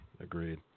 agreed